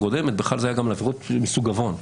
הקודמת זה היה על עבירות מסוג עוון.